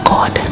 God